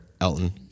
Elton